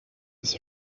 his